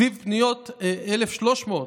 1,300,